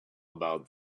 about